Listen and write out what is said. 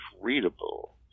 readable